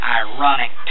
ironic